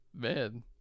man